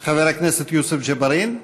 את חבר הכנסת יוסף ג'בארין.